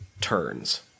turns